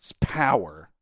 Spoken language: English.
power